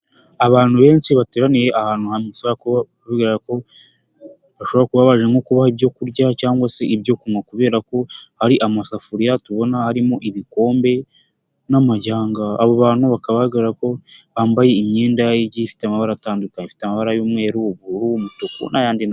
Abantu benshi bateraniye ahantu hamwe, bishobora kuba bigaragara ko bashobora kuba baje nko kubaha ibyo kurya cyangwa se ibyo kunywa kubera ko hari amasafuriya, tubona harimo ibikombe n'amagi aha ngaha, abo bantu bakaba bagaragara ko bambaye imyenda igiye ifite amabara atandukanye, ifite amabara y'umweru, ubururu, umutuku n'ayandi n'ayandi.